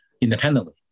independently